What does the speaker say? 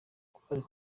korali